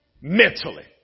mentally